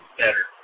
better